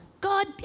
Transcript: God